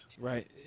Right